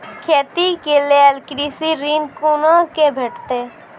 खेती के लेल कृषि ऋण कुना के भेंटते?